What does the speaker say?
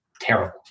terrible